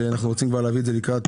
ואני רוצה להביא את זה להצבעה,